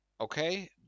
Okay